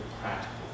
practical